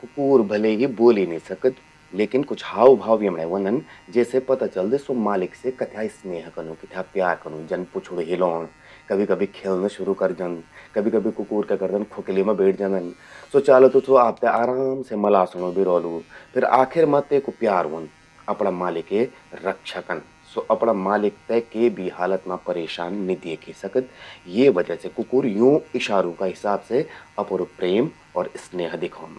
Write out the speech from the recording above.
कुकूर भले ही ब्वोली निं सकद, लेकिन तेका हाव-भाव से पता जलि जंद कि स्वो मालिक से कथ्या स्नेह कनूं, कथ्या प्यार कनूं। जन पुछणू हिलौंण, कभि कभि ख्येंल्ल़ं शुरू करि द्योंद, कभि कभि कुकूर क्या करदन ख्वोखलि मां बेठ जंदन, स्वो चालु त आपते आराम से मलासणूं भि रौलू, फिर आखिर मां तेकु प्यार ह्वंद। अपणां मालिके रक्षा कन। स्वो अपणां मालिक ते के भी हालत मां परेशान निं द्येखि सकद। ये वजह से, यूं इशारों का हिसाब से अपरू प्रेम अर स्नेह दिखौंद।